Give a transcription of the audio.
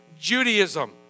Judaism